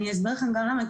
אני אסביר לכם גם למה,